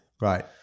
right